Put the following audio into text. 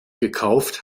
gekauft